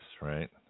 right